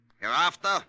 Hereafter